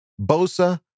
Bosa